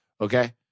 Okay